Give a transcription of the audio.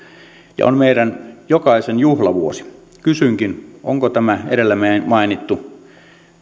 ja on meidän jokaisen juhlavuosi kysynkin onko tämä edellä mainittu